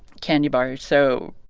candy bars, so.